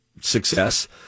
success